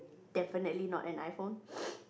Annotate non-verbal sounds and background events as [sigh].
definitely not an iPhone [noise]